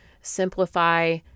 Simplify